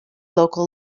local